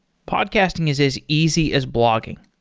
podcasting is as easy as blogging.